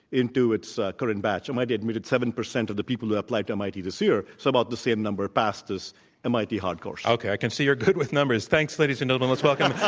into its current batch. mit admitted seven percent of the people who applied to mit this year. somehow the same number passed this mit hard course. okay. i can see you're good with numbers. thanks. ladies and gentlemen, let's welcome